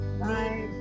bye